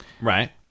Right